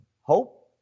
Hope